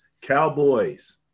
cowboys